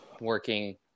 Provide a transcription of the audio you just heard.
working